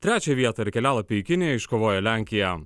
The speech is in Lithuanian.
trečią vietą ir kelialapį į kiniją iškovojo lenkija